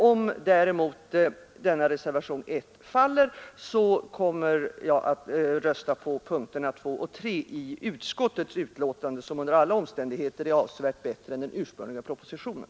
Om däremot reservationen 1 faller, kommer jag under punkterna 2 och 3 att rösta på utskottets utlåtande, som under alla omständigheter är avsevärt bättre än den ursprungliga propositionen.